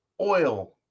oil